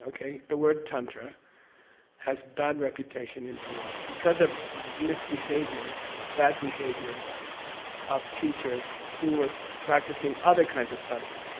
okay? the word tantra has bad reputation in the world, because of misbehavior bad behavior of teachers who were practicing other kinds of tantra.